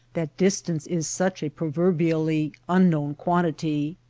that distance is such a proverbially unknown quantity.